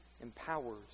empowers